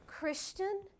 Christian